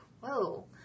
Whoa